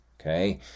Okay